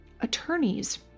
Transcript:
attorneys